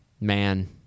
Man